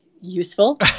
useful